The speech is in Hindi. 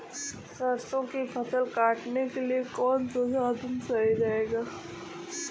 सरसो की फसल काटने के लिए कौन सा साधन सही रहेगा?